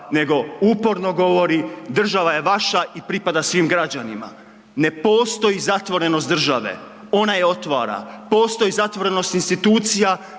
nego uporno govori, država je vaša i pripada svim građanima. Ne postoji zatvorenost države, ona je otvora. Postoji zatvorenost institucija,